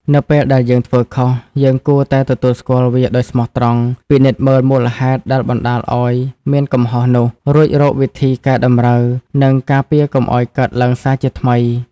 នៅពេលដែលយើងធ្វើខុស យើងគួរតែទទួលស្គាល់វាដោយស្មោះត្រង់ ពិនិត្យមើលមូលហេតុដែលបណ្ដាលឱ្យមានកំហុសនោះ រួចរកវិធីកែតម្រូវ និងការពារកុំឱ្យកើតឡើងសាជាថ្មី។